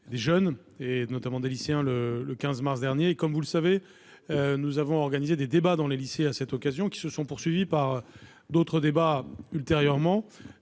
des jeunes, notamment des lycéens, le 15 mars dernier. Comme vous le savez, nous avons organisé des débats dans les lycées à cette occasion, qui se sont poursuivis par d'autres débats, jusqu'à